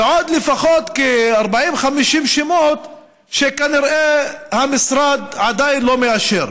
ועוד לפחות 40 50 שמות כנראה המשרד עדיין לא מאשר.